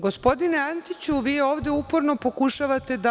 Gospodine Antiću, vi ovde uporno pokušavate da…